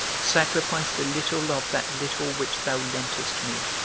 sacrificed a little of that little which thou lentest me,